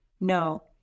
No